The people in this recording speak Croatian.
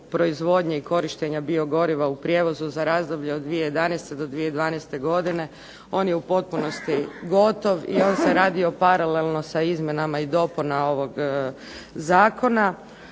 proizvodnje i korištenja biogoriva u prijevozu za razdoblje od 2011. do 2012. godine. On je u potpunosti gootv i on se radio paralelno sa izmjenama i dopunama ovog Zakona.